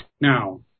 Now